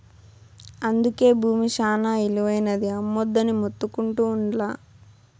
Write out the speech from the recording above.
అందుకే బూమి శానా ఇలువైనది, అమ్మొద్దని మొత్తుకుంటా ఉండ్లా